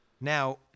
now